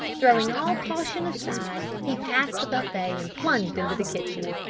throwing all caution aside he passed the buffet and plunged into the kitchen.